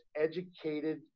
educated